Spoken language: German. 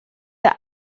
der